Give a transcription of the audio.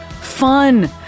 fun